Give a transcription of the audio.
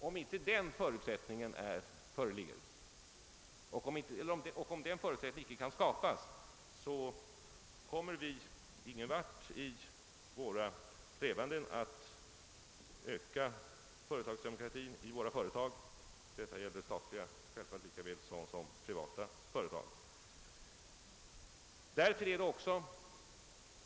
Om inte den förutsättningen kan skapas, så kommer vi ingen vart i våra strävanden att öka företagsdemokratin i våra företag. Detta gäller självfallet såväl statliga som privata företag.